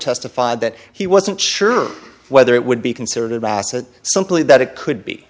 testified that he wasn't sure whether it would be considered a macit simply that it could be